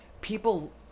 People